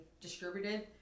distributed